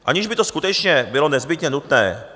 Aniž by to skutečně bylo nezbytně nutné.